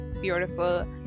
beautiful